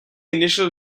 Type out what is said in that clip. initial